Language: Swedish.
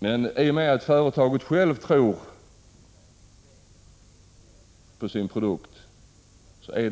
Det enda vi dock har att rätta oss efter är att företaget självt tror på sin produkt. Det